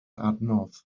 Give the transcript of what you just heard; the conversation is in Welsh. adnodd